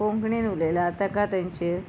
कोंकणीन उलयला ताका तांचेर